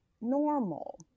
normal